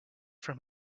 from